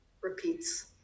repeats